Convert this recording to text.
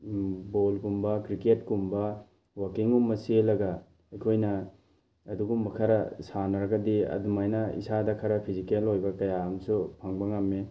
ꯕꯣꯜꯒꯨꯝꯕ ꯀ꯭ꯔꯤꯛꯀꯦꯠꯀꯨꯝꯕ ꯋꯥꯛꯀꯤꯡꯒꯨꯝꯕ ꯆꯦꯜꯂꯒ ꯑꯩꯈꯣꯏꯅ ꯑꯗꯨꯒꯨꯝꯕ ꯈꯔ ꯁꯥꯟꯅꯔꯒꯗꯤ ꯑꯗꯨꯃꯥꯏꯅ ꯏꯁꯥꯗ ꯈꯔ ꯐꯤꯖꯤꯀꯦꯜ ꯑꯣꯏꯕ ꯀꯌꯥ ꯑꯃꯁꯨ ꯐꯪꯕ ꯉꯝꯃꯤ